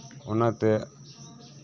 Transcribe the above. ᱚᱱᱟᱛᱮ